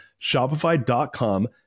Shopify.com